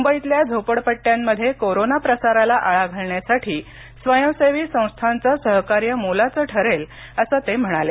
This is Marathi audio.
मुंबईतल्या घोपडपट्ट्यांमध्ये कोरोना प्रसाराला आळा घालण्यासाठी स्वयंसेवी संस्थाचं सहकार्य मोलाचं ठरेल असं ते म्हणाले